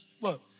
Look